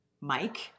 Mike